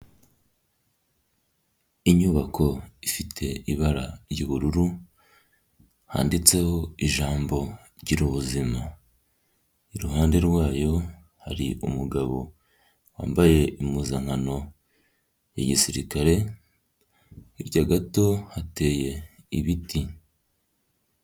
Inyubako ifite ibara ry'ubururu. Handitseho ijambo gira ubuzima. Iruhande rwayo hari umugabo wambaye impuzankano ya gisirikare. Hirya gato hateye ibiti.